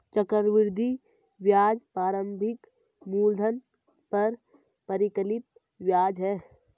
चक्रवृद्धि ब्याज प्रारंभिक मूलधन पर परिकलित ब्याज है